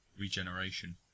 Regeneration